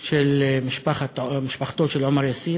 של משפחתו של עומאר יאסין.